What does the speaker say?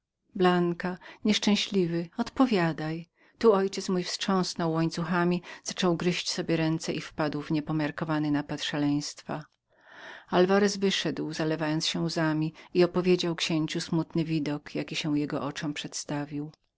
blanka nieszczęśliwy odpowiadaj tu ojciec mój wstrząsnął łańcuchami zaczął gryźć sobie ręce i wpadł w niepomiarkowany napad szaleństwa alwarez wyszedł zalewając się łzami i opowiedział księciu smutny widok jaki się jego oczom przedstawił